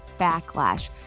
backlash